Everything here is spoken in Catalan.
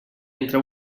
entre